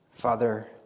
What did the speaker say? Father